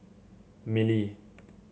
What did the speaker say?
mili